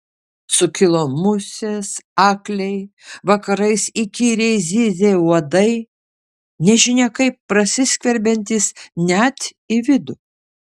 sukilo musės akliai vakarais įkyriai zyzė uodai nežinia kaip prasiskverbiantys net į vidų